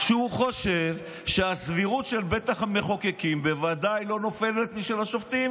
שהוא חושב שהסבירות של בית המחוקקים בוודאי לא נופלת משל השופטים,